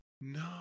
No